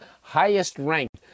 highest-ranked